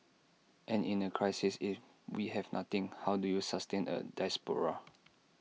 and in A crisis if we have nothing how do you sustain A diaspora